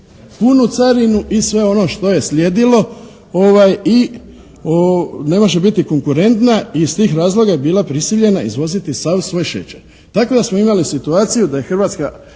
punu carinu i sve ono što je slijedilo i ne može biti konkurentna i iz tih razloga je bila prisiljena izvoziti sav svoj šećer. Tako da smo imali situaciju da je Hrvatska